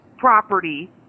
property